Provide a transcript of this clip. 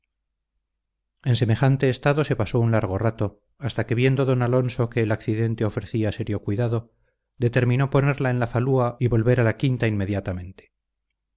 en semejante estado se pasó un largo rato hasta que viendo don alonso que el accidente ofrecía serio cuidado determinó ponerla en la falúa y volver a la quinta inmediatamente